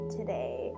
today